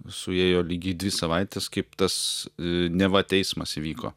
suėjo lygiai dvi savaitės kaip tas neva teismas įvyko